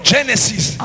Genesis